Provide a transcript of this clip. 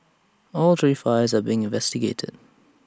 all three fires are being investigated